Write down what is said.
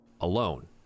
Alone